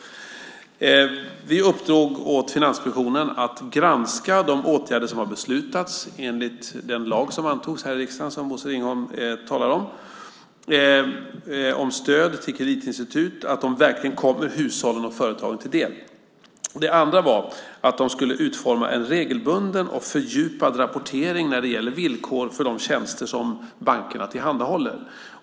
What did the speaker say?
Vi uppdrog åt Finansinspektionen att granska de åtgärder som har beslutats enligt den lag som antogs här i riksdagen, som Bosse Ringholm talar om, om stöd till kreditinstitut, att de verkligen kommer hushållen och företagen till del. Det andra var att de skulle utforma en regelbunden och fördjupad rapportering när det gäller villkor för de tjänster som bankerna tillhandahåller.